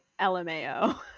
LMAO